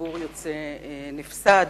הציבור יוצא נפסד.